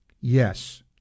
Yes